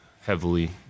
heavily